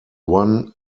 one